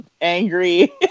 angry